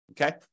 okay